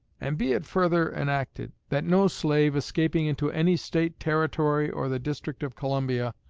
and be it further enacted, that no slave, escaping into any state, territory, or the district of columbia,